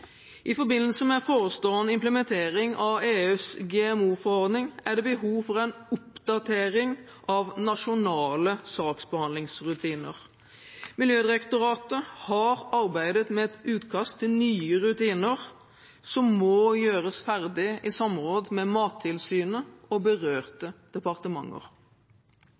I forbindelse med forestående implementering av EUs GMO-forordning er det behov for en oppdatering av nasjonale saksbehandlingsrutiner. Miljødirektoratet har arbeidet med et utkast til nye rutiner, som må gjøres ferdig i samråd med Mattilsynet og berørte departementer.